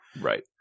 right